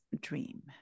dream